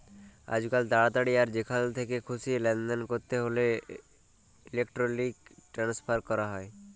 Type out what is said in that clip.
আইজকাল তাড়াতাড়ি আর যেখাল থ্যাকে খুশি লেলদেল ক্যরতে হ্যলে ইলেকটরলিক টেনেসফার ক্যরা হয়